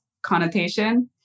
connotation